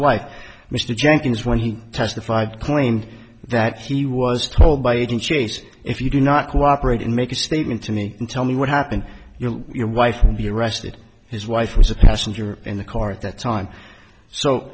wife mr jenkins when he testified claimed that he was told by even chase if you do not cooperate and make a statement to me and tell me what happened your wife would be arrested his wife was a passenger in the car at that time so